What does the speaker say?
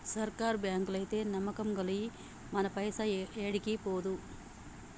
సర్కారు బాంకులైతే నమ్మకం గల్లయి, మన పైస ఏడికి పోదు